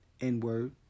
N-word